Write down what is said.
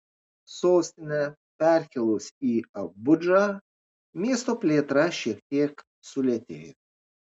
sostinę perkėlus į abudžą miesto plėtra šiek tiek sulėtėjo